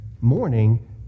morning